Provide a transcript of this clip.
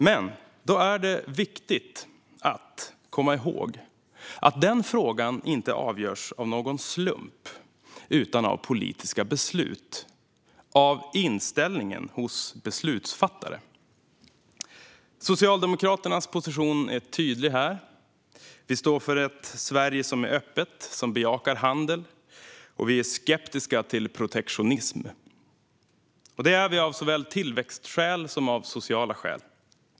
Men det är viktigt att komma ihåg att den frågan inte avgörs av någon slump, utan av politiska beslut och av inställningen hos beslutsfattare. Socialdemokraternas position är tydlig här. Vi står för ett Sverige som är öppet och som bejakar handel. Vi är skeptiska till protektionism - av såväl tillväxtskäl som sociala skäl.